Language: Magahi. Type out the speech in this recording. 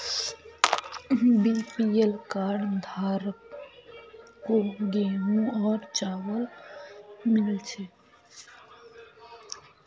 बीपीएल कार्ड धारकों गेहूं और चावल मिल छे